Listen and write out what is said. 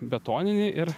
betoninį ir